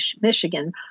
Michigan